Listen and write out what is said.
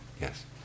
Yes